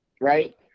right